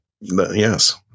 Yes